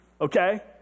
okay